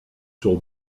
sur